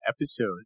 episode